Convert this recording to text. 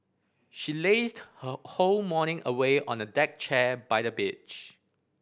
she lazed her whole morning away on a deck chair by the beach